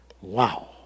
Wow